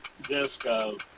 Disco